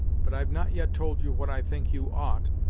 but i've not yet told you what i think you ought,